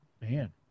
man